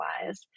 otherwise